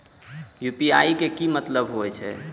UPI के की मतलब हे छे?